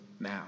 now